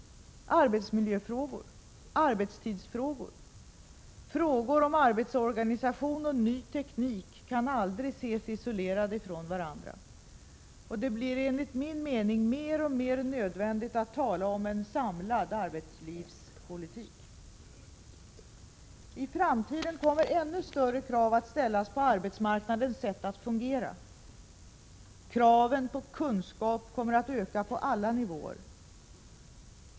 Arbetsmiljöfrågor, arbetstidsfrågor, frågor om arbetsorganisation och ny teknik kan aldrig ses isolerade från varandra. Det blir enligt min mening mer och mer nödvändigt att tala om en samlad arbetslivspolitik. I framtiden kommer ännu större krav att ställas på arbetsmarknadens sätt att fungera. Kraven på kunskap kommer att öka på alla nivåer.